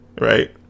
Right